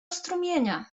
strumienia